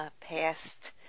past